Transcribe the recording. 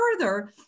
further